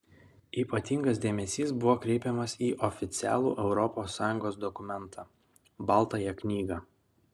ypatingas dėmesys buvo kreipiamas į oficialų europos sąjungos dokumentą baltąją knygą